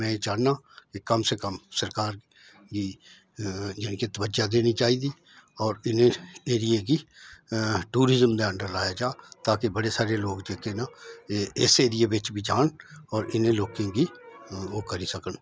में एह् चाहन्नां कि कम से कम सरकार गी जानि के तवज्जा देनी चाहिदी होर इ'नें ऐरियें गी टूरिजम दे अंडर लाया जा ताकि बड़े सारे लोक जेह्के न एह् इस ऐरिये बिच्च बी जान होर इ'नें लोकें गी ओह् करी सकन